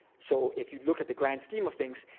so if you look at the grand scheme of things,